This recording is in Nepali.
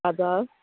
हजुर